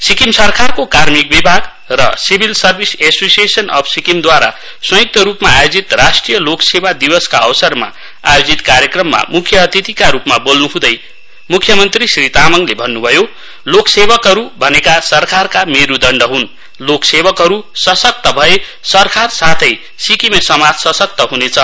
सिक्किम सरकारको कार्मिक विभाग र सिविल सर्विस एसोसिएशन अफ् सिक्किमद्वारा संयुक्त रुपमा आयोजित राष्ट्रिय लोक सेवा दिवसका अवसरमा आयोजित कार्यक्रममा मुख्य अतिथिका रूपमा बोल्न् हँदै मुख्यमन्त्री श्री तामाङले भन्न् भयो लोक सेवकहरू भनेका सरकारका मेरुदण्ड हन् लोक सेवकहरू सशक्त भए सरकार साथै सिक्किमे समाज सशक्त हने छ